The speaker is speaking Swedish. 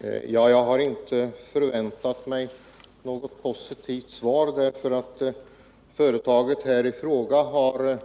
Herr talman! Jag hade egentligen inte förväntat mig något positivt svar. Företaget i fråga har